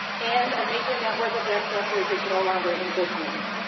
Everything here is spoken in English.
and a major network of debt collectors is no longer in business.